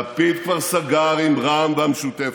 לפיד כבר סגר עם רע"מ והמשותפת.